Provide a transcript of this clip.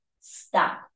stop